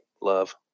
love